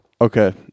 Okay